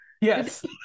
Yes